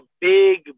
big